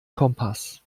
kompass